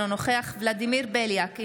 אינו נוכח ולדימיר בליאק,